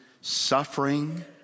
suffering